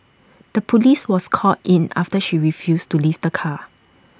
the Police was called in after she refused to leave the car